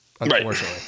unfortunately